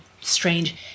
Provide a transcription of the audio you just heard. strange